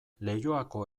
leioako